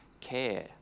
care